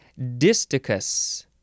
Disticus